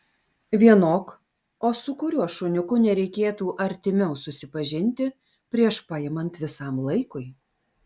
vienok o su kuriuo šuniuku nereikėtų artimiau susipažinti prieš paimant visam laikui